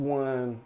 one